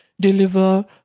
deliver